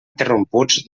interromputs